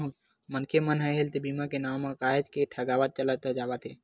मनखे मन ह हेल्थ बीमा के नांव म घलो काहेच के ठगावत चले जावत हे